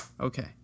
okay